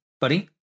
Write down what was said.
buddy